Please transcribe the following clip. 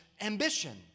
ambition